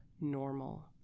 normal